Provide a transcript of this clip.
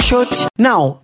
Now